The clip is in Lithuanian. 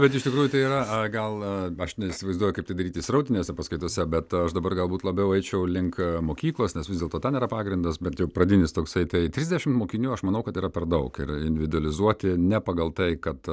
bet iš tikrųjų tai yra gal aš neįsivaizduoju kaip tai daryti srautinėse paskaitose bet aš dabar galbūt labiau eičiau link mokyklos nes vis dėlto ten yra pagrindas bent jau pradinis toksai tai trisdešim mokinių aš manau kad yra per daug ir individualizuoti ne pagal tai kad